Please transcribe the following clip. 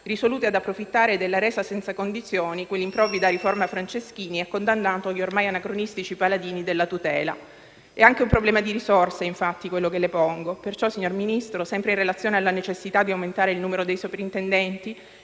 risoluti ad approfittare della resa senza condizioni cui l'improvvida riforma Franceschini ha condannato gli ormai anacronistici paladini della tutela. È anche un problema di risorse, infatti, quello che pongo. Perciò, signor Ministro, sempre in relazione alla necessità di aumentare il numero dei soprintendenti,